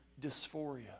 dysphoria